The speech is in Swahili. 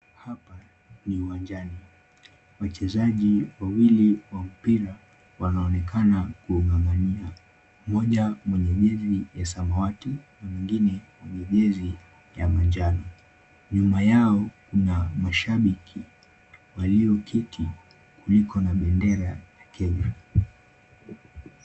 Hapa ni uwanjani, wachezaji wawili wa mpira wanaonekana kuung'ang'ania. Mmoja mwenye jezi ya samawati na mwingine mwenye jezi ya manjano. Nyuma yao kuna mashabiki walioketi, kuliko na bendera ya Kenya.